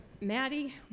Maddie